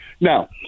Now